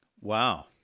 Wow